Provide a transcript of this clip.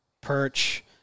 perch